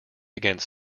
against